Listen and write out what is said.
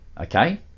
Okay